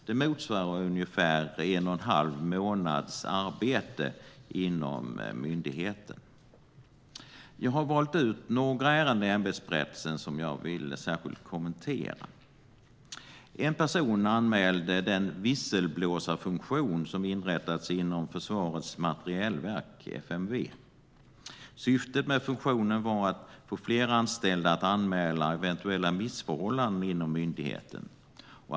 Det motsvarar ungefär en och en halv månads arbete inom myndigheten. Jag har valt ut några ärenden i ämbetsberättelsen som jag särskilt vill kommentera. En person anmälde den visselblåsarfunktion som inrättats inom Försvarets materielverk, FMV. Syftet med funktionen var att få fler anställda att anmäla eventuella missförhållanden inom myndigheten.